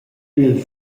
pil